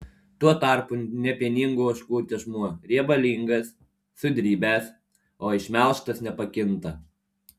tuo tarpu nepieningų ožkų tešmuo riebalingas sudribęs o išmelžtas nepakinta